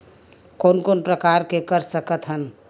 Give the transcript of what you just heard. कोन कोन प्रकार के कर सकथ हन?